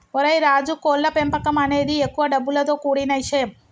ఓరై రాజు కోళ్ల పెంపకం అనేది ఎక్కువ డబ్బులతో కూడిన ఇషయం